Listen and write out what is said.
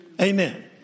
Amen